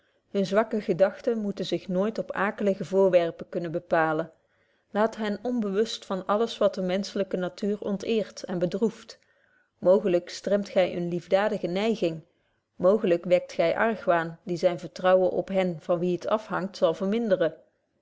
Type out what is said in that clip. hunne zwakke gedagten moeten zich nooit op akelige voorwerpen kunnen bepalen laat hen onbewust van alles wat de menschelyke natuur onteert en bedroeft mooglyk stremt gy eene liefdaadige neiging mooglyk wekt gy argwaan die zyn vertrouwen op hen van wie het afhangt zal verminderen